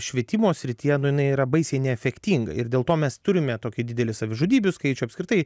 švietimo srityje nu jinai yra baisiai neefektinga ir dėl to mes turime tokį didelį savižudybių skaičių apskritai